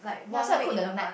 ya so I cook the night